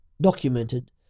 documented